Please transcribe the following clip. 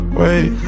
wait